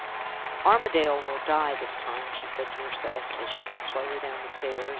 armadale will die this time, she said to herself, as she went slowly down the stairs.